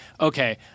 okay